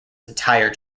entire